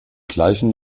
gleichen